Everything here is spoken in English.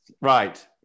right